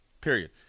period